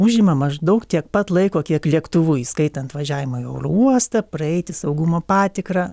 užima maždaug tiek pat laiko kiek lėktuvu įskaitant važiavimą į oro uostą praeiti saugumo patikrą